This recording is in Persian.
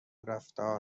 رفتار